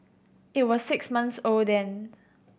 it was six months old then